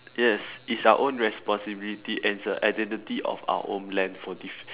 yes is our own responsibility and it's a identity of our homeland for de~